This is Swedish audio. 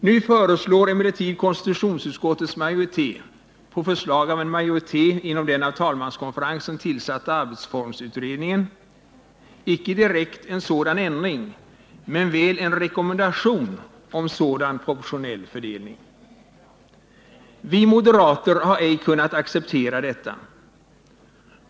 Nu föreslår emellertid konstitutionsutskottets majoritet, på initiativ av en majoritet inom den av talmanskonferensen tillsatta arbetsformsutredningen, icke direkt en sådan ändring men väl en rekommendation om sådan proportionell fördelning. Vi moderater har ej kunnat acceptera detta.